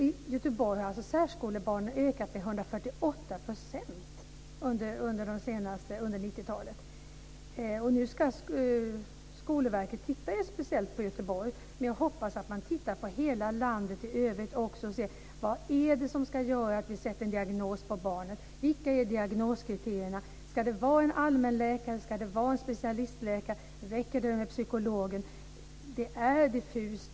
I Göteborg har särskolebarnen ökat med 148 % under 90-talet. Nu ska Skolverket titta speciellt på Göteborg, men jag hoppas att man också tittar på landet i övrigt och undersöker hur vi sätter diagnos på barnen. Vilka är diagnoskriterierna? Ska det vara en allmänläkare? Ska det vara en specialistläkare? Räcker det med psykologen? Det är diffust.